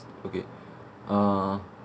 okay uh